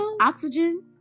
Oxygen